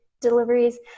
Deliveries